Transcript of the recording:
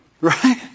Right